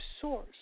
source